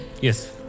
Yes